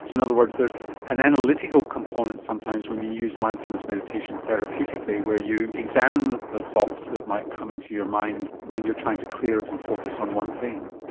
so in other words there's an analytical component sometimes when you use mindfulness meditation therapeutically where you examine the the thoughts that might come into your mind when you're trying to clear it and focus on one thing.